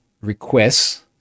requests